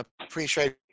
Appreciate